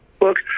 Look